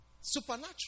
Supernatural